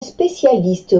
spécialiste